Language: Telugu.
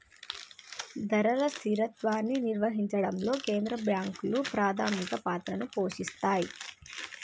ధరల స్థిరత్వాన్ని నిర్వహించడంలో కేంద్ర బ్యాంకులు ప్రాథమిక పాత్రని పోషిత్తాయ్